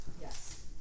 Yes